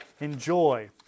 Enjoy